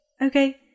Okay